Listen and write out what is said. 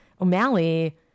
O'Malley